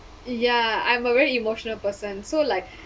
ya I'm a very emotional person so like